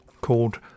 called